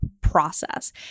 process